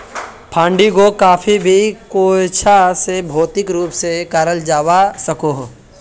फंडिंगोक कभी भी कोयेंछा से भौतिक रूप से कराल जावा सकोह